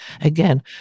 again